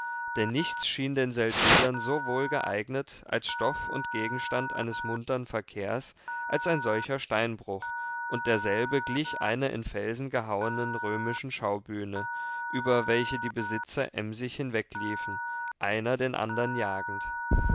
denn nichts schien den seldwylern so wohlgeeignet als stoff und gegenstand eines muntern verkehrs als ein solcher steinbruch und derselbe glich einer in felsen gehauenen römischen schaubühne über welche die besitzer emsig hinwegliefen einer den andern jagend